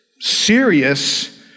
serious